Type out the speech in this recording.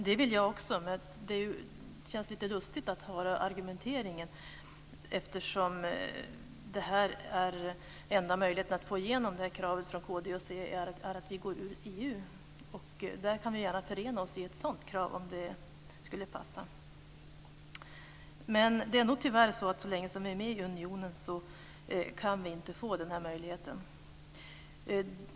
Det vill jag också, men det känns lustigt att höra argumenteringen eftersom den enda möjligheten att få igenom kravet från Kristdemokraterna och Centern är att vi går ur EU. Vi kan gärna förena oss i ett sådant krav, om det skulle passa. Det är nog tyvärr så att så länge vi är med i unionen kan vi inte få den möjligheten.